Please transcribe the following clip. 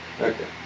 Okay